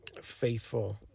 faithful